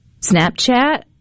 Snapchat